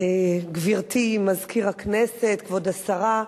גברתי מזכיר הכנסת, כבוד השרה,